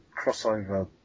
crossover